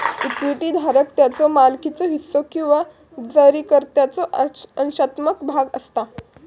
equity धारक त्याच्यो मालकीचो हिस्सो किंवा जारीकर्त्याचो अंशात्मक भाग असता